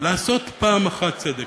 לעשות פעם אחת צדק.